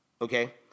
Okay